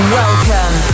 welcome